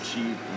Achieve